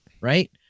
right